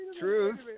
Truth